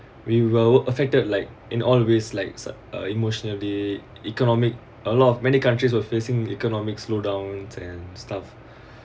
we were affected like in always likes uh emotionally economic a lot of many countries are facing economic slowdowns and stuff